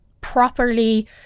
properly